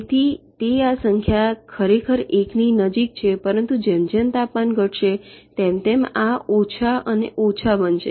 તેથી તે આ સંખ્યા ખરેખર 1 ની નજીક છે પરંતુ જેમ જેમ તાપમાન ઘટશે તેમ તેમ આ ઓછા અને ઓછા બનશે